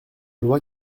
loi